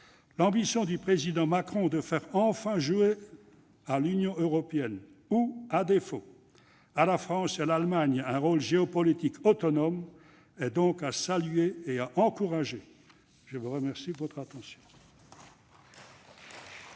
L'ambition du président Macron de faire enfin jouer à l'Union européenne ou, à défaut, à la France et à l'Allemagne un rôle géopolitique autonome est donc à saluer et à encourager ! La parole est à M. Benoît